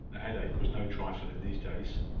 a headache was no trifle in these days.